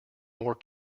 more